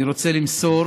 אני רוצה למסור